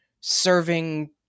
serving